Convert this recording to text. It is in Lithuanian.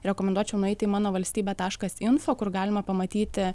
rekomenduočiau nueiti į mano valstybė taškas info kur galima pamatyti